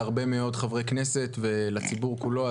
להרבה מאוד חברי כנסת ולציבור כולו,